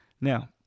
Now